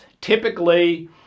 typically